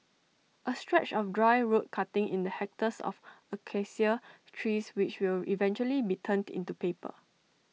A stretch of dry road cutting in the hectares of Acacia trees which will eventually be turned into paper